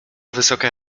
wysoka